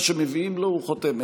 מה שמביאים לו, הוא חותם.